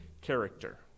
character